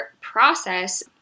process